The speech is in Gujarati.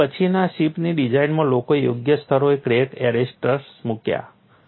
તેથી પછીના શિપની ડિઝાઇનમાં લોકોએ યોગ્ય સ્થળોએ ક્રેક અરેસ્ટર્સ પૂરા પાડ્યા છે